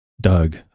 Doug